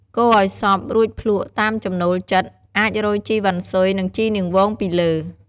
កូរឲ្យសព្វ រួចភ្លក្សតាមចំណូលចិត្ត អាចរោយជីរវ៉ាន់ស៊ុយ និង ជីនាងវងពីលើ។